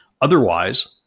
otherwise